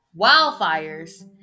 wildfires